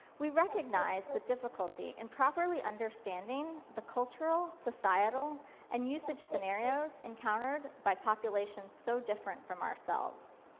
we recognized the difficulty in properly understanding the cultural, societal and usage scenarios encountered by population so different from ourselves.